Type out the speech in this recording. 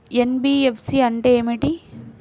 NBFC అంటే ఏమిటి?